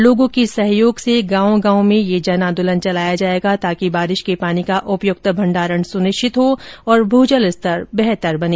लोगों के सहयोग से गांव गांव में यह जन आंदोलन चलाया जायेगा ताकि बारिश के पानी का उपयुक्त भंडारण सुनिश्चित हो और भूजल स्तर बेहतर बने